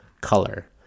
color